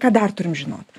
ką dar turim žinot